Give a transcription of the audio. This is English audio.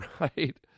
right